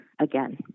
again